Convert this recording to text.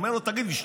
אומר לו: תגיד לי,